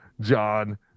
John